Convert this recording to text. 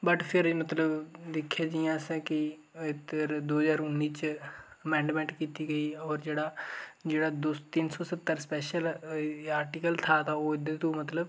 but फिर एह् मतलब दिक्खेआ जि'यां असें की दो ज्हार उन्नी च एमैंडमैंट कीती गेई जेह्ड़ा दो तिन सौ सत्तर स्पैशल जां आर्टीकल